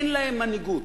אין להם מנהיגות.